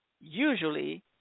usually